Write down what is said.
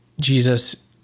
Jesus